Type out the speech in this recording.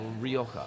Rioja